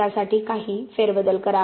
त्यासाठी काही फेरबदल करा